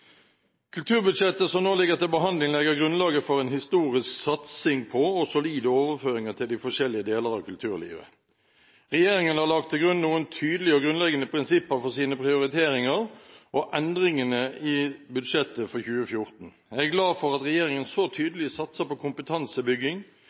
Kulturbudsjettet som nå ligger til behandling, legger grunnlaget for en historisk satsing på og solide overføringer til de forskjellige deler av kulturlivet. Regjeringen har lagt til grunn noen tydelige og grunnleggende prinsipper for sine prioriteringer og endringene i budsjettet for 2014. Jeg er glad for at regjeringen så